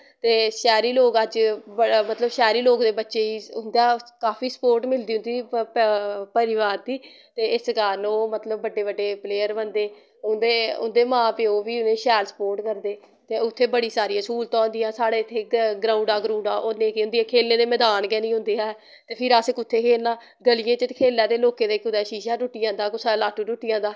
ते शैह्री लोग अज्ज मतलव शैह्री लोग दे बच्चें उंदा काफी सपोर्ट मिलदी उंदी परिवार दी ते इस कारण ओह् मतलव बड्डे बड्डे पलेयर बनदे उंदे उंदे मां प्यो बी उनें शैल सपोर्ट करदे ते उत्थें बड़ी सारियां स्हूलतां होंदियां साढ़ै इत्थे ग्राऊंडा ग्रऊंडां ओह् नेंईं होंदियां खेलने ते मैदान गै निं होंदे ऐ ते फिर असें कुत्थें खेलना गलियै च ते खेलना ते लोकें दे कुदै शीशा टुट्टी जंदा कुसै लाट्टू टुट्टी जंदा